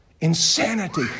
Insanity